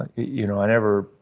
you know, i never,